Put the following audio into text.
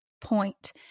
point